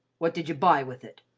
what did you buy with it?